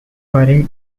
buried